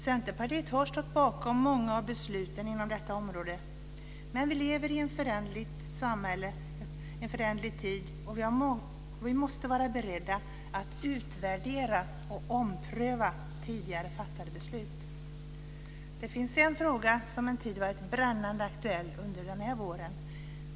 Centerpartiet har stått bakom många av besluten inom detta område. Men vi lever i ett föränderligt samhället och i en föränderlig tid. Vi måste vara beredda att utvärdera och ompröva tidigare fattade beslut. Det finns en fråga som en tid varit brännande aktuell under våren.